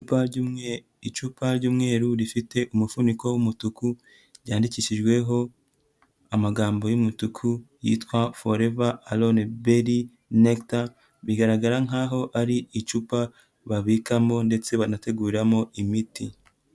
Icupa ry'umweru rifite umufuniko wumutuku, ryandikishijweho amagambo y'umutuku yitwa foreva aroneberi nekita, bigaragara nkaho ari icupa babikamo ndetse banateguramo imiti.